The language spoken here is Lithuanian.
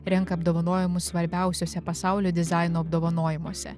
renka apdovanojimus svarbiausiuose pasaulio dizaino apdovanojimuose